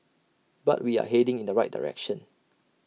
but we are heading in the right direction